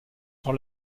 sur